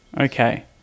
Okay